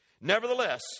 Nevertheless